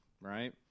right